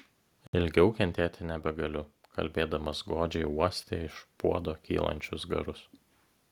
ilgiau kentėti nebegaliu kalbėdamas godžiai uostė iš puodo kylančius garus